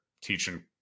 teaching